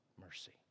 mercy